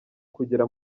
kugera